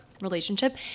relationship